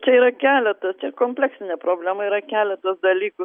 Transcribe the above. čia yra keleta čia kompleksinė problema yra keletas dalykų